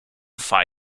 phi